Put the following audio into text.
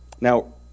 Now